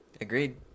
Agreed